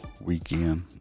weekend